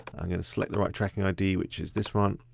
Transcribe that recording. i'm gonna select the right tracking id which is this one.